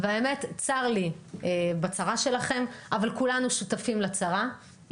והאמת צר לי בצרה שלכם, אבל כולנו שותפים לצרה.